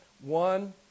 one